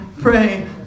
pray